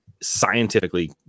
scientifically